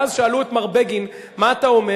ואז שאלו את מר בגין: מה אתה אומר?